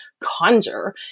conjure